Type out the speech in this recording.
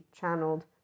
channeled